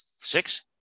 Six